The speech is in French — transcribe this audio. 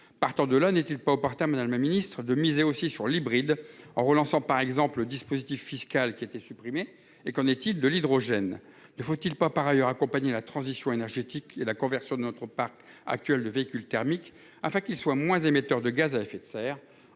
Partant de là, n'est-il pas au portable le Ministre de miser aussi sur l'hybride en relançant par exemple le dispositif fiscal qui a été supprimée et qu'en est-il de l'hydrogène, ne faut-il pas par ailleurs accompagner la transition énergétique et la conversion de notre parc actuel de véhicules thermiques afin qu'ils soient moins émetteurs de gaz à effet de serre.